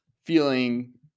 feeling